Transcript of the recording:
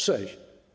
Sześć.